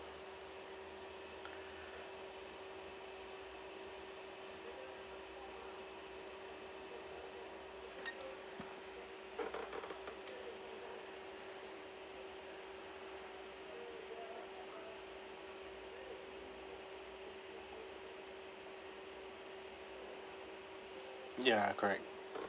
ya correct